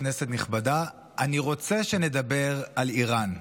כנסת נכבדה, אני רוצה שנדבר על איראן.